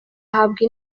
ahabwa